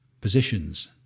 positions